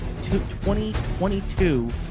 2022